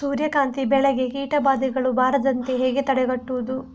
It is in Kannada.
ಸೂರ್ಯಕಾಂತಿ ಬೆಳೆಗೆ ಕೀಟಬಾಧೆಗಳು ಬಾರದಂತೆ ಹೇಗೆ ತಡೆಗಟ್ಟುವುದು?